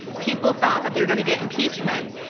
people thought that they're going to get impeachment.